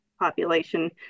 population